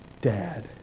dad